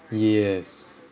yes